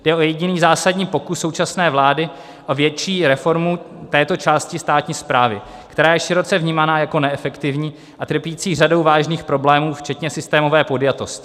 Jde o jediný zásadní pokus současné vlády o větší reformu této části státní správy, která je široce vnímána jako neefektivní a trpící řadou vážných problémů, včetně systémové podjatosti.